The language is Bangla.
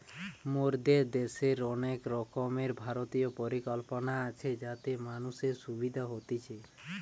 মোদের দ্যাশের অনেক রকমের ভারতীয় পরিকল্পনা আছে যাতে মানুষের সুবিধা হতিছে